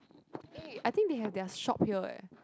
eh I think they have their shop here eh